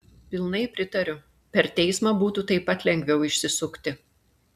pilnai pritariu per teismą būtų taip pat lengviau išsisukti